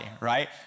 right